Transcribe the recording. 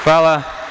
Hvala.